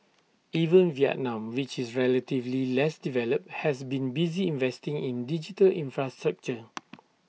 even Vietnam which is relatively less developed has been busy investing in digital infrastructure